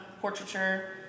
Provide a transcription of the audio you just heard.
portraiture